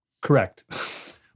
correct